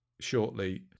shortly